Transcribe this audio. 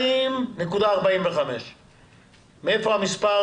מאיפה המספר